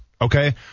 okay